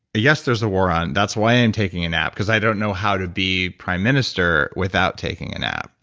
yes, there's a war on. that's why i'm taking a nap because i don't know how to be prime minister without taking a nap.